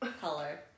color